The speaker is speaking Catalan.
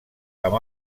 amb